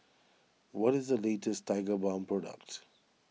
what is the latest Tigerbalm products